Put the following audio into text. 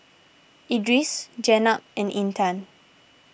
Idris Jenab and Intan